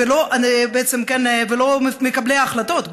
ולא מקבלי ההחלטות,